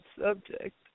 subject